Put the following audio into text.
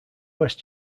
west